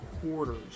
Quarters